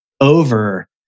over